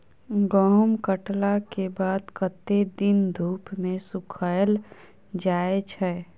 गहूम कटला केँ बाद कत्ते दिन धूप मे सूखैल जाय छै?